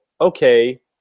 okay